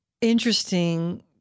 interesting